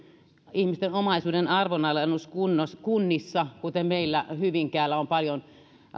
ihmisten omaisuuden arvonalennus kunnissa kuten meillä hyvinkäällä kun on paljon